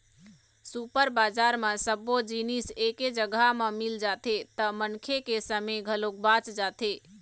super bazaar म सब्बो जिनिस एके जघा म मिल जाथे त मनखे के समे घलोक बाच जाथे